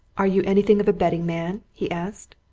are you anything of a betting man? he asked.